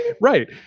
Right